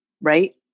right